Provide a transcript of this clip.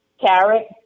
carrot